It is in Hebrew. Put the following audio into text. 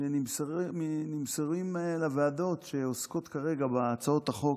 שנמסרים לוועדות שעוסקות כרגע בהצעות החוק.